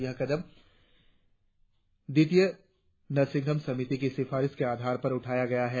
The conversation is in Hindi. यह कदम द्वितीय नरसिंहन समिति की सिफारिशों के आधार पर उठाया गया है